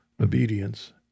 obedience